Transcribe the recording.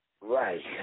Right